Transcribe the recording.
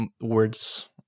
words